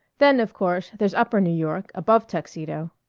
then, of course, there's upper new york, above tuxedo.